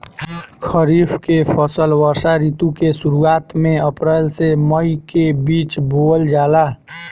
खरीफ के फसल वर्षा ऋतु के शुरुआत में अप्रैल से मई के बीच बोअल जाला